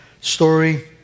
story